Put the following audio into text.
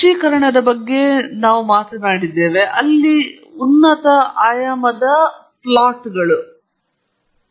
ಪ್ರಧಾನ ಘಟಕ ವಿಶ್ಲೇಷಣೆ ಋಣಾತ್ಮಕ ಮಾತೃಕೆ ಫ್ಯಾಕ್ಟರೈಸೇಶನ್ ಮತ್ತು ಇತರ ಆಯಾಮದ ಕಡಿತ ತಂತ್ರಗಳು ದೊಡ್ಡ ಆಯಾಮದ ಡೇಟಾ ದೊಡ್ಡ ಆಯಾಮದ ಡೇಟಾವನ್ನು ವಿಶ್ಲೇಷಿಸುವಲ್ಲಿ ಅತ್ಯಂತ ಶಕ್ತಿಯುತವಾಗಿದೆ